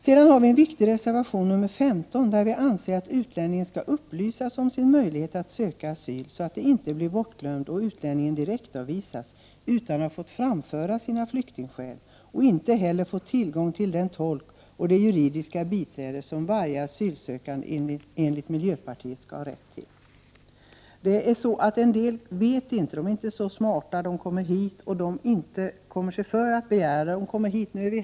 Sedan har vi den viktiga reservationen 15, där vi framhåller att en utlänning skall upplysas om sin möjlighet att söka asyl, så att det inte blir bortglömt och utlänningen direktavvisas utan att ha fått framföra sina flyktingskäl och utan att ha fått tillgång till den tolk och det juridiska biträde som varje asylsökande enligt oss i miljöpartiet skall ha rätt till. Alla känner ju inte till detta och alla är inte så smarta. Man kommer bara hit och kommer sig inte för att begära hjälp.